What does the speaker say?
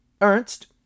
Ernst